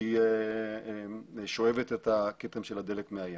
שהיא שואבת את הכתם של הדלק מהים.